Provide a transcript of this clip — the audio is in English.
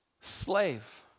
slave